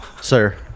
Sir